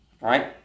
right